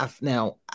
Now